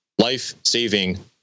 life-saving